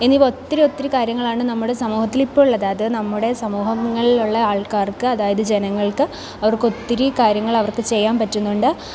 എന്നിവ ഒത്തിരി ഒത്തിരി കാര്യങ്ങളാണ് നമ്മുടെ സമൂഹത്തിൽ ഇപ്പം ഉള്ളത് അത് നമ്മുടെ സമൂഹങ്ങളിലുള്ള ആള്ക്കാര്ക്ക് അതായത് ജനങ്ങള്ക്ക് അവര്ക്ക് ഒത്തിരി കാര്യങ്ങൾ അവര്ക്ക് ചെയ്യാന് പറ്റുന്നുണ്ട്